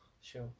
sure